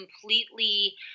completely